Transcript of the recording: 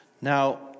Now